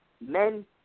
Men